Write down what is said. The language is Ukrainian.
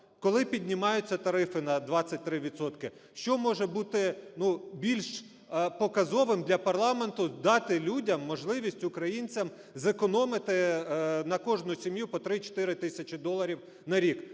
коли піднімаються тарифи на 23 відсотки, що може бути, ну, більш показовим для парламенту - дати людям, можливість українцям зекономити на кожну сім'ю по 3-4 тисячі доларів на рік,